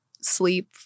sleep